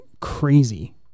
crazy